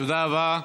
תודה רבה.